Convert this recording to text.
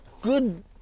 good